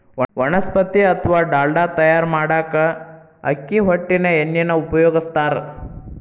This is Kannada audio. ವನಸ್ಪತಿ ಅತ್ವಾ ಡಾಲ್ಡಾ ತಯಾರ್ ಮಾಡಾಕ ಅಕ್ಕಿ ಹೊಟ್ಟಿನ ಎಣ್ಣಿನ ಉಪಯೋಗಸ್ತಾರ